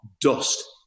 dust